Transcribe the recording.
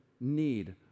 need